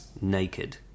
naked